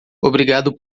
obrigado